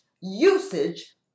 usage